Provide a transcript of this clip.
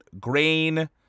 grain